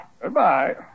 Goodbye